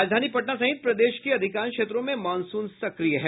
राजधानी पटना सहित प्रदेश के अधिकांश क्षेंत्रों में मॉनसून सक्रिय हो गया है